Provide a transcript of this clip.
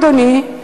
אדוני,